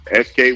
SK